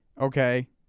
okay